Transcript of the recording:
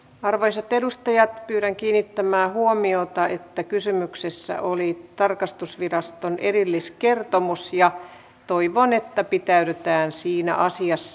arvoisat edustajat pyydän kiinnittämään huomiota että kysymyksessä oli tarkastusviraston erilliskertomus ja toivon että pitäydytään siinä asiassa